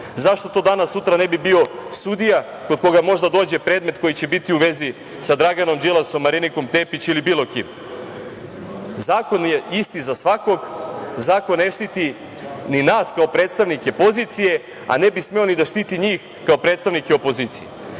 zašto to danas, sutra ne bi bio sudija kod koga možda dođe predmet koji će biti u vezi sa Draganom Đilasom, Marinikom Tepić ili bilo kim. Zakon je isti za svakog. Zakon ne štiti ni nas kao predstavnike pozicije, a ne bi smeo ni da štiti njih kao predstavnike opozicije. Stoga,